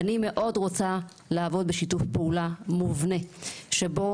אני מאוד רוצה לעבוד בשיתוף פעולה מובנה שבו